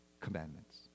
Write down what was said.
commandments